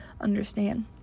Understand